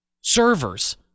servers